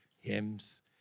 hymns